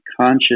conscious